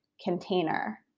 container